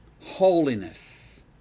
Holiness